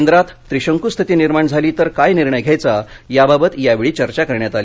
केंद्रात त्रिशंकू स्थिती निर्माण झाली तर काय निर्णय घ्यायचा याबाबत यावेळी चर्चा करण्यात आली